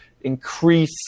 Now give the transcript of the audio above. increase